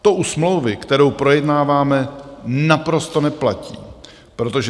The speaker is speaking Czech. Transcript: To u smlouvy, kterou projednáváme, naprosto neplatí, protože